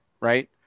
Right